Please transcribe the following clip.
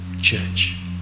church